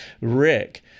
Rick